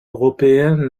européenne